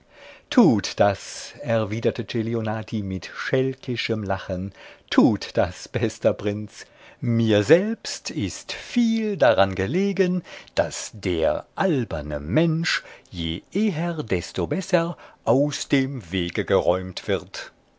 tut das erwiderte celionati mit schälkischem lachen tut das bester prinz mir selbst ist viel daran gelegen daß der alberne mensch je eher desto besser aus dem wege geräumt wird